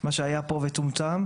מה שהיה פה מצומצם,